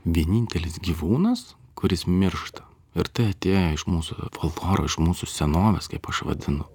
vienintelis gyvūnas kuris miršta ir tai atėjo iš mūsų folkloro iš mūsų senovės kaip aš vadinu